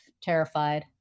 terrified